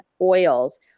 oils